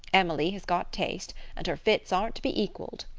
emily has got taste, and her fits aren't to be equaled.